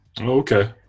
Okay